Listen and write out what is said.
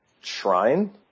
shrine